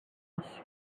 else